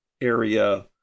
area